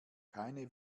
keine